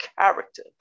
character